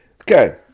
Okay